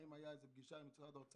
האם הייתה איזו פגישה עם משרד האוצר?